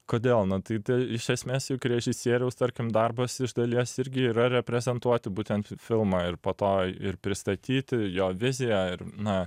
kodėl nu tai iš esmės juk režisieriaus tarkim darbas iš dalies irgi yra reprezentuoti būtent fi filmą ir po to ir pristatyti jo viziją ir na